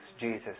Jesus